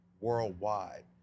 worldwide